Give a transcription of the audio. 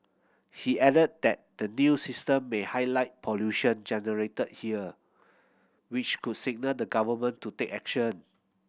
he added that the new system may highlight pollution generated here which could signal the Government to take action